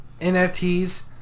NFTs